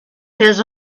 his